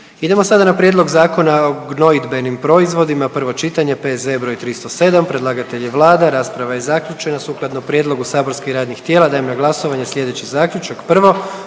Idem sada na Prijedlog zakona o gnojidbenim proizvodima, prvo čitanje, P.Z.E. br. 307. Predlagatelj je vlada, rasprava je zaključena. Sukladno prijedlogu saborskih radnih tijela dajem na glasovanje sljedeći zaključak: